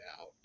out